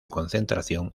concentración